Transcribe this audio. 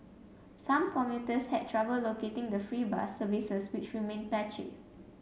some commuters had trouble locating the free bus services which remained patchy